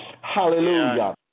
Hallelujah